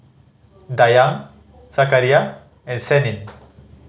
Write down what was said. Dayang Zakaria and Senin